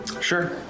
sure